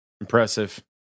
Impressive